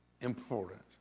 important